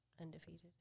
undefeated